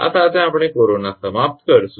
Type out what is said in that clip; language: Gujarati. આ સાથે આપણે કોરોના સમાપ્ત કરીશું